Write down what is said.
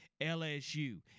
LSU